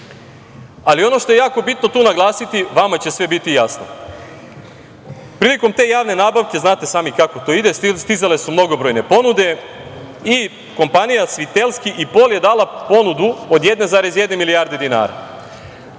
ali ono što je jako bitno tu naglasiti vama će sve biti jasno. Prilikom te javne nabavke, znate sami kako to ide, stizale su mnogobrojne ponude i kompanija „Svitelski i Pol“ je dala ponudu od 1,1 milijarde dinara.